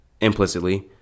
implicitly